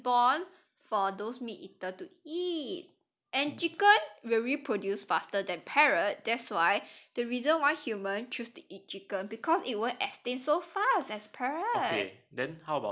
chicken is born for those meat eater to eat and chicken will reproduce faster than parrot that's why the reason why human choose to eat chicken because it won't extinct so fast as parrot